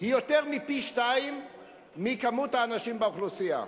היא יותר מפי-שניים ממספר האנשים באוכלוסייה.